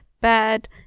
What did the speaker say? bad